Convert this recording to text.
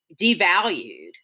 devalued